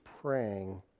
praying